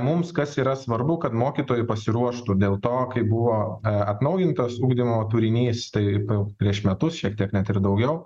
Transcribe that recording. mums kas yra svarbu kad mokytojai pasiruoštų dėl to kaip buvo atnaujintas ugdymo turinys tai prieš metus šiek tiek net ir daugiau